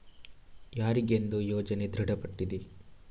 ಯಾರಿಗೆಂದು ಯೋಜನೆ ದೃಢಪಟ್ಟಿದೆ?